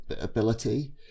ability